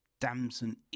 Damson